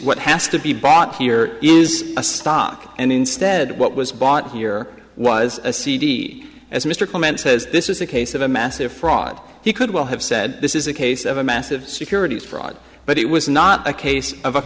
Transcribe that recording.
what has to be bought here is a stock and instead what was bought here was a cd as mr comment says this is a case of a massive fraud he could well have said this is a case of a massive securities fraud but it was not a case of